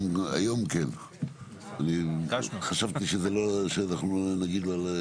וכשחקני חוזים מול הוועדה המחוזית זה מציב אותם במצב לא נוח.